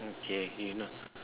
okay you know